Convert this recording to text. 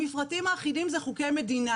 המפרטים האחידים זה חוקי מדינה.